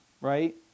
right